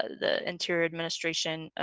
the interior administration, ah,